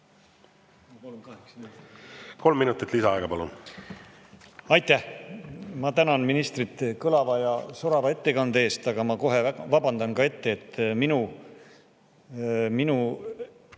Kolm minutit lisaaega, palun! Aitäh! Ma tänan ministrit kõlava ja sorava ettekande eest. Ma vabandan kohe ka ette, et minu